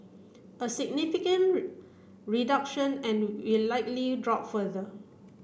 a significant reduction and will likely drop further